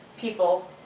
people